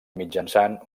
mitjançant